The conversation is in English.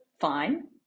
fine